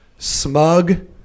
smug